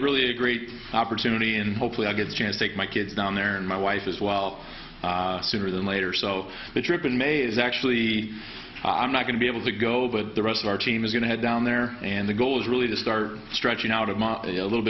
really a great opportunity in hopefully i get a chance take my kids down there and my wife is well sooner than later so the trip in may is actually i'm not going to be able to go but the rest of our team is going to head down there and the goal is really to start stretching out of my a little